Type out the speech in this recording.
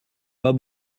pas